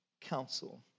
council